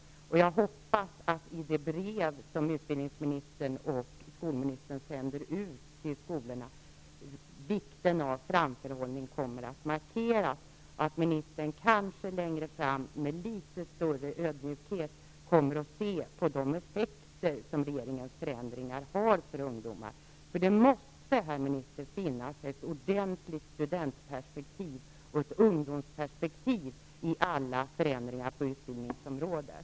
Jag hoppas att vikten av framförhållning kommer att markeras i det brev som utbildningsministern och skolministern sänder ut till skolorna och att ministern kanske längre fram med litet större ödmjukhet kommer att se på de effekter som regeringens förändringar har för ungdomar. Det måste, herr minister, finnas ett ordentligt studentperspektiv och ett ungdomsperspektiv i alla förändringar på utbildningsområdet.